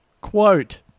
Quote